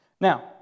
Now